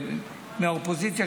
האופוזיציה,